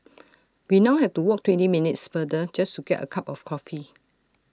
we now have to walk twenty minutes further just to get A cup of coffee